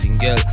single